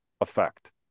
effect